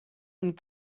and